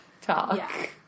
talk